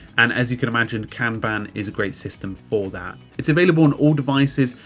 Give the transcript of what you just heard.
and as you can imagine, kanban is a great system for that. it's available on all devices.